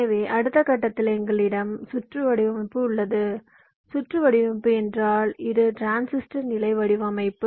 எனவே அடுத்த கட்டத்தில் எங்களிடம் சுற்று வடிவமைப்பு உள்ளது சுற்று வடிவமைப்பு என்றால் இது டிரான்சிஸ்டர் நிலை வடிவமைப்பு